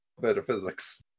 Metaphysics